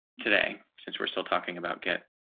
today, since we're still talking about get